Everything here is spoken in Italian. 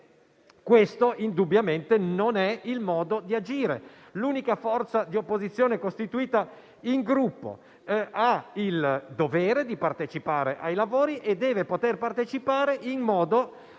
Indubbiamente questo non è il modo di agire. L'unica forza di opposizione costituita in Gruppo ha il dovere di partecipare ai lavori e deve poterlo fare nel modo